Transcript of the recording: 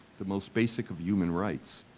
the most basic of human rights,